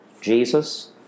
Jesus